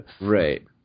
Right